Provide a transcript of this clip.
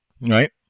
Right